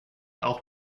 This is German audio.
auch